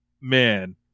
man